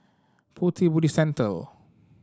Pu Ti Buddhist Temple